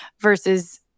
versus